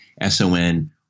S-O-N